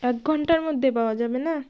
এক ঘণ্টার মধ্যে পাওয়া যাবে না